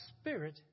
Spirit